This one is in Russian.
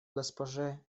госпоже